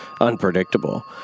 unpredictable